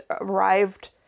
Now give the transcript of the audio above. arrived